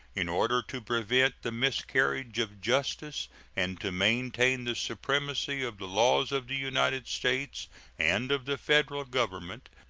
in order to prevent the miscarriage of justice and to maintain the supremacy of the laws of the united states and of the federal government,